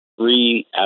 three